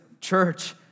church